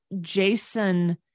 Jason